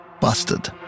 Busted